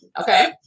okay